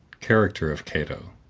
character of cato